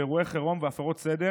באירועי חירום והפרות סדר